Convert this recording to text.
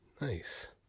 Nice